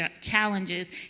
challenges